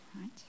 right